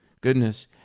goodness